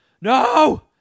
no